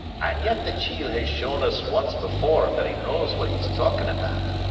and yet the chiel has shown us once before that he knows what he's talking about.